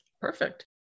Perfect